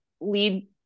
lead